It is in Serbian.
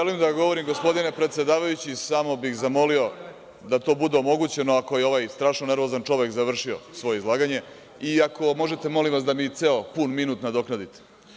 Želim da govorim, gospodine predsedavajući, samo bih zamolio da to bude omogućeno, ako je ovaj strašno nervozan čovek završio svoje izlaganje i ako možete da mi ceo minut nadoknadite.